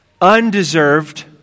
undeserved